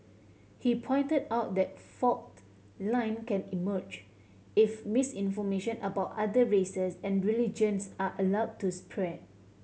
he pointed out that fault line can emerge if misinformation about other races and religions are allow to spread